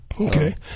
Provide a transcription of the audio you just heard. Okay